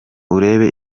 urebe